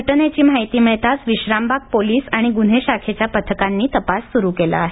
घटनेची माहिती मिळताच विश्रामबाग पोलीस आणि गुन्हे शाखेच्या पथकांनी तपास सुरू केला आहे